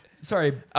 Sorry